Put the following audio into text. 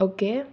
okay